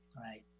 right